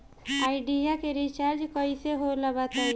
Idea के recharge कइसे होला बताई?